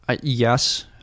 Yes